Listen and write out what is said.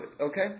okay